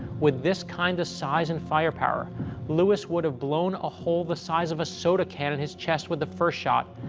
with this kind of size and firepower lewis would have blown a hole the size of a soda can in his chest with the first shot,